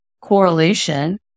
correlation